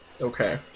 Okay